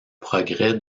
progrès